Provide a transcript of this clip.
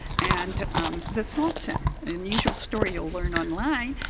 and the sultan. an unusual story you'll learn online.